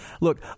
look